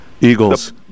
Eagles